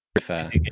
fair